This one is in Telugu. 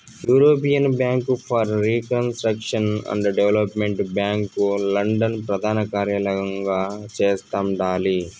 European bank for reconstruction and development bank London ప్రదానకార్యలయంగా చేస్తండాలి